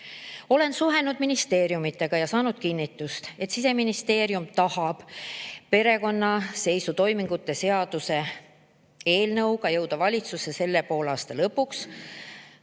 Olen suhelnud ministeeriumidega ja saanud kinnitust, et Siseministeerium tahab perekonnaseisutoimingute seaduse eelnõuga, kus see teema sees, jõuda valitsusse selle poolaasta lõpuks.